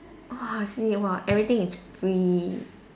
oh I see !wah! everything is free